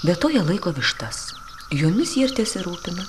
be to jie laiko vištas jomis jie ir tesirūpina